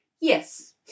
Yes